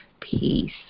peace